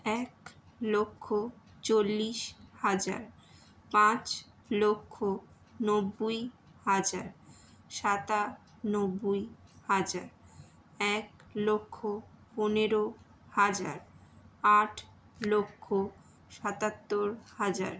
এক লক্ষ চল্লিশ হাজার পাঁচ লক্ষ নব্বুই হাজার সাতানব্বুই হাজার এক লক্ষ পনেরো হাজার আট লক্ষ সাতাত্তর হাজার